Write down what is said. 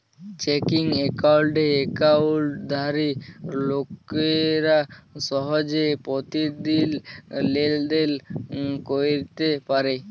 checking একাউল্টে একাউল্টধারি লোকেরা সহজে পতিদিল লেলদেল ক্যইরতে পারে